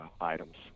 items